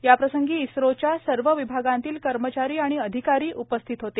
याप्रसंगी इस्रोच्या सर्व विभागातील कर्मचारी आणि अधिकारी उपस्थित होते